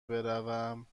بروم